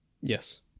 Yes